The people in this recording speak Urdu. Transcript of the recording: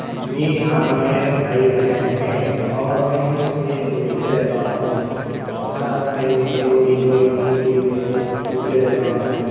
جی ہاں میرے بھائی بہن ہیں اور میں ان سے ملتے رہتا ہوں ہر ہفتے میں دو دن میں تین دن میں ملتے رہتا ہوں